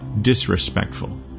disrespectful